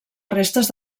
restes